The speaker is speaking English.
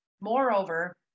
moreover